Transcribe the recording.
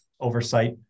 oversight